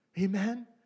Amen